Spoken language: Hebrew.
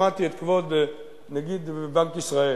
שמעתי את כבוד נגיד בנק ישראל